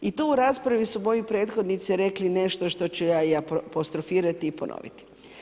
I tu u raspravi su moji prethodnici rekli nešto što ću ja i apostrofirati i ponoviti.